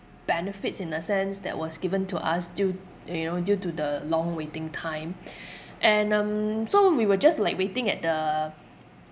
benefits in a sense that was given to us due you know due to the long waiting time and um so we were just like waiting at the